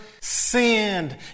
sinned